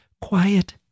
quiet